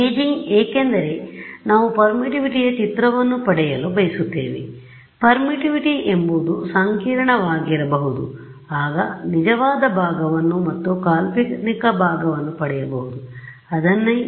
imaging ಏಕೆಂದರೆ ನಾವು ಪರ್ಮಿಟಿವಿಟಿಯ ಚಿತ್ರವನ್ನು ಪಡೆಯಲು ಬಯಸುತ್ತೇವೆ ಪರ್ಮಿಟಿವಿಟಿ ಎಂಬುದು ಸಂಕೀರ್ಣವಾಗಿರಬಹುದು ಆಗ ನಿಜವಾದ ಭಾಗವನ್ನು ಮತ್ತು ಕಾಲ್ಪನಿಕ ಭಾಗವನ್ನು ಪಡೆಯಬಹುದು ಅದನ್ನೇ